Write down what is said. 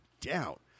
doubt